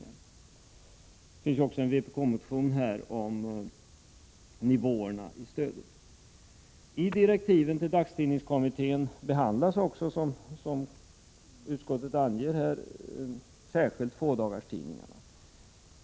Det föreligger också en vpk-motion om nivåerna inom stödet. I direktiven till dagstidningskommittén behandlas, som utskottet anger, särskilt tvådagarstidningarna.